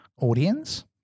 audience